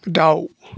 दाउ